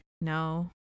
No